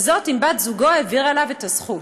וזאת אם בת-זוגו העבירה אליו את הזכות.